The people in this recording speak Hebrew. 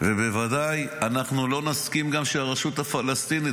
ובוודאי, אנחנו גם לא נסכים שהרשות הפלסטינית.